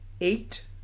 eight